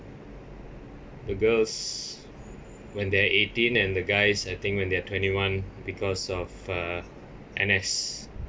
the girls when they're eighteen and the guys I think when they're twenty one because of uh N_S